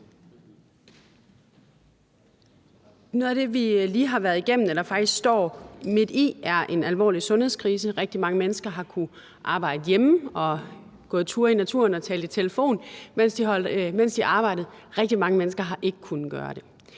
(EL): Nu har vi lige været igennem – eller står faktisk midt i – en alvorlig sundhedskrise. Rigtig mange mennesker har kunnet arbejde hjemme og gå ture i naturen og tale i telefon, mens de arbejdede, og rigtig mange mennesker har ikke kunnet gøre det.